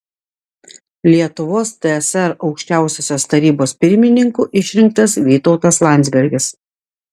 lietuvos tsr aukščiausiosios tarybos pirmininku išrinktas vytautas landsbergis